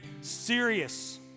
serious